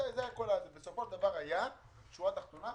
בסופו של דבר היה, שורה תחתונה,